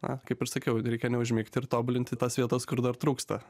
na kaip ir sakiau reikia neužmigti ir tobulinti tas vietas kur dar trūksta